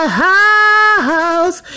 house